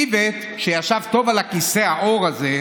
איווט, שישב טוב על כיסא העור הזה,